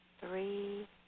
three